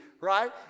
right